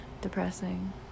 depressing